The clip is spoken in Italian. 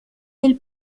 del